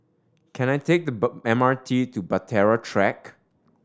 can I take the bur M R T to Bahtera Track